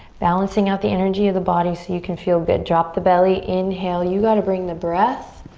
balancing out the energy of the body, so you can feel good. drop the belly, inhale. you gotta bring the breath.